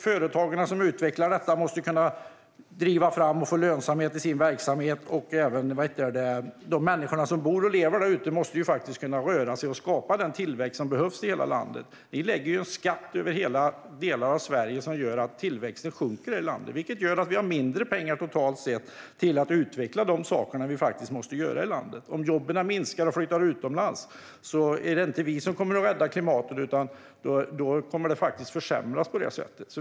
Företagen som utvecklar detta måste kunna driva fram och få lönsamhet i sin verksamhet. De människor som bor och lever i landet måste kunna röra sig och skapa den tillväxt som behövs i hela landet. Ni lägger en skatt över delar av Sverige som gör att tillväxten sjunker i landet. Det gör att vi har mindre pengar totalt sett till att utveckla de saker vi måste göra i landet. Om jobben minskar och flyttar utomlands är det inte vi som kommer att rädda klimatet, utan då kommer det att försämras.